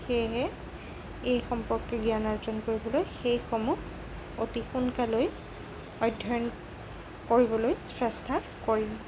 সেয়েহে এই সম্পৰ্কে জ্ঞান অৰ্জন কৰিবলৈ সেই সমূহ অতি সোনকালে অধ্যয়ন কৰিবলৈ চেষ্টা কৰিম